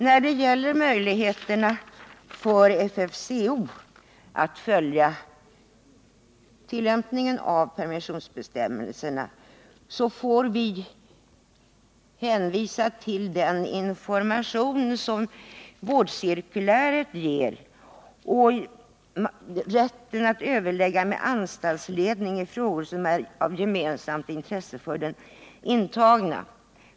När det gäller möjligheter för FFCO att följa tillämpningen för permissionsbestämmelserna får vi hänvisa till den information som vårdcirkuläret ger och till rätten att överlägga med anstaltsledningen i frågor som är av gemensamt intresse för de intagna.